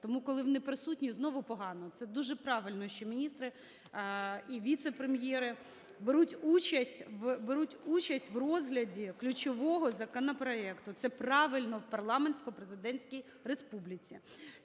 Тому, коли вони присутні, знову погано. Це дуже правильно, що міністри і віце-прем'єри беруть участь, беруть участь в розгляді ключового законопроекту. Це правильно в парламентсько-президентській республіці